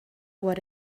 what